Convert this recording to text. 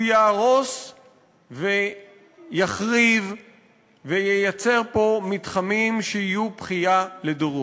הוא יהרוס ויחריב וייצר פה מתחמים שיהיו בכייה לדורות.